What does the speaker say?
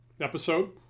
episode